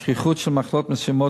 השכיחות של מחלות מסוימות,